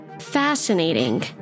Fascinating